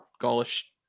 Gaulish